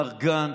מר גנץ,